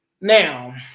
Now